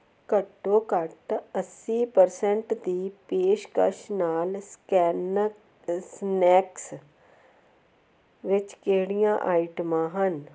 ਘੱਟੋ ਘੱਟ ਅੱਸੀ ਪਰਸੈਂਟ ਦੀ ਪੇਸ਼ਕਸ਼ ਨਾਲ ਸਕੈਨਸ ਸਨੈਕਸ ਵਿੱਚ ਕਿਹੜੀਆਂ ਆਈਟਮਾਂ ਹਨ